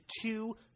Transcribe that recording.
two